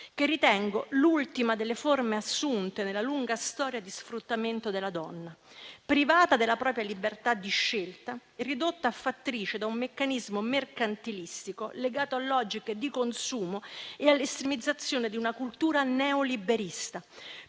che ritengo l'ultima delle forme assunte nella lunga storia di sfruttamento della donna, privata della propria libertà di scelta e ridotta a fattrice da un meccanismo mercantilistico legato a logiche di consumo e all'estremizzazione di una cultura neoliberista.